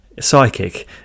Psychic